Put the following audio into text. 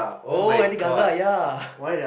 oh Lady Gaga ya